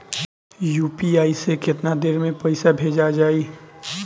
UPI से केतना देर मे पईसा भेजा जाई?